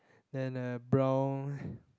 and a brown